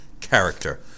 character